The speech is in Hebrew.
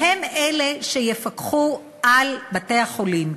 והם אלה שיפקחו על בתי-החולים.